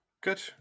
good